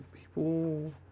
people